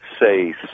say